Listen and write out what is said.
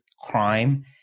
crime